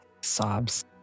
Sobs